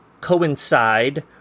coincide